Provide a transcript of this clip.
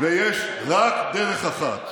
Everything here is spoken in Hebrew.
ויש רק דרך אחת,